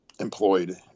employed